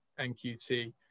NQT